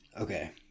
okay